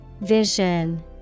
Vision